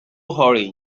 hurry